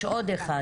יש עוד אחד,